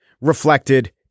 reflected